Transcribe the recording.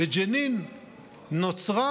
בג'נין נוצרה